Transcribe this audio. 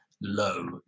low